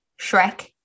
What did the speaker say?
Shrek